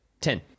Ten